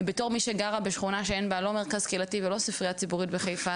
בתור מי שגרה בשכונה שאין בה לא מרכז קהילתי ולא ספרייה ציבורית בחיפה,